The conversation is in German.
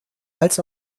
als